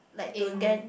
in